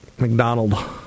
McDonald